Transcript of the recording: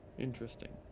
interesting.